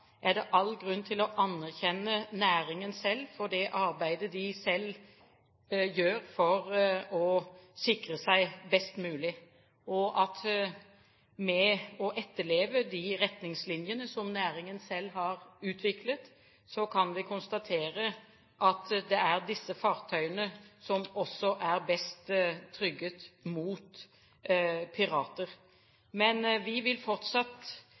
er det all grunn til å anerkjenne næringen selv for det arbeidet de selv gjør for å sikre seg best mulig. Vi kan konstatere at ved å etterleve de retningslinjene som næringen selv har utviklet, er det disse fartøyene som også er best trygget mot pirater. Men vi vil fortsatt